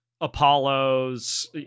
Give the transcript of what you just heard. apollos